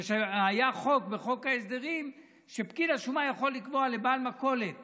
היה חוק בחוק ההסדרים שפקיד השומה יכול לקבוע לבעל מכולת